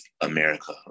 America